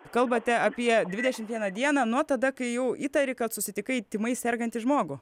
kalbate apie dvidešim vieną dieną nuo tada kai jau įtari kad susitikai tymais sergantį žmogų